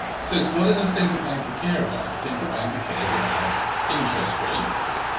so what does a central banker care about? central banker cares about interest rates,